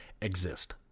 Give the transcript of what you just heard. exist